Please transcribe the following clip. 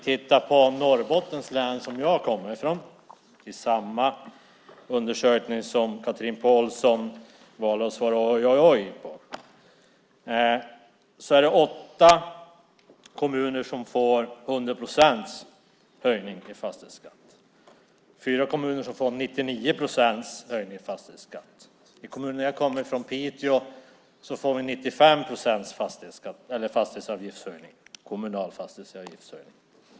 Tittar vi på Norrbottens län, som jag kommer från, i samma beräkning som Chatrine Pålsson sade oj, oj, oj till är det åtta kommuner som får 100 procents höjning av fastighetsskatten och fyra kommuner får 99 procent. I min hemkommun Piteå får vi 95 procents höjning av den kommunala fastighetsavgiften.